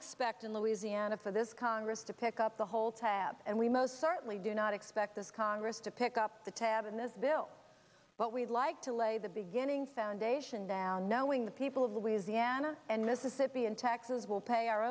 expect in louisiana for this congress to pick up the whole tab and we most certainly do not expect this congress to pick up the tab in this bill but we like to lay the beginning foundation down knowing the people of louisiana and mississippi and texas will pay our